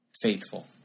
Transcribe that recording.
Faithful